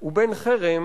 ובין חרם